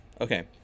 okay